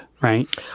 right